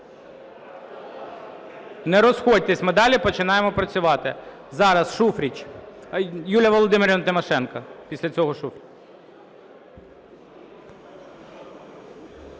Не розходьтесь, ми далі починаємо працювати. Зараз Шуфрич. Юлія Володимирівна Тимошенко. Після цього Шуфрич.